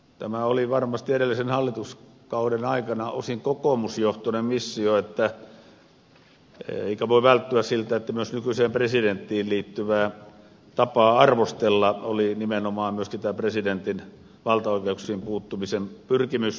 tämä oli varmasti edellisen hallituskauden aikana osin kokoomusjohtoinen missio eikä voi välttyä siltä että myös nykyiseen presidenttiin liittyvää tapaa arvostella oli nimenomaan myöskin tämä presidentin valtaoikeuksiin puuttumisen pyrkimys